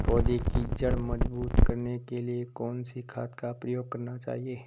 पौधें की जड़ मजबूत करने के लिए कौन सी खाद का प्रयोग करना चाहिए?